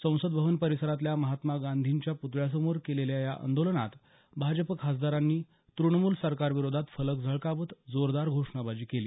संसद भवन परिसरातल्या महात्मा गांधीजींच्या पुतळ्यासमोर केलेल्या या आंदोलनात भाजप खासदारांनी तृणमूल सरकारविरोधात फलक झळकावत जोरदार घोषणाबाजी केली